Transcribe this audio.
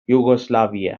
yugoslavia